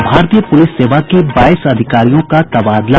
और भारतीय पुलिस सेवा के बाईस अधिकारियों का तबादला